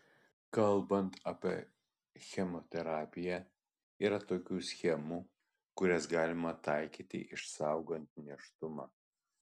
kalbant apie chemoterapiją yra tokių schemų kurias galima taikyti išsaugant nėštumą